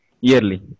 Yearly